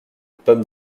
pommes